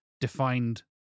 defined